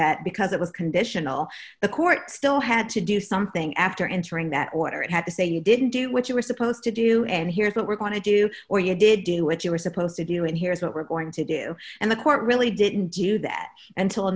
that because it was conditional the court still had to do something after entering that order it had to say you didn't do what you were supposed to do and here's what we're going to do or you did do what you were supposed to do and here is what we're going to do and the court really didn't do that until